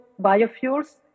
biofuels